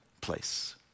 place